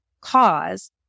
cause